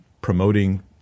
promoting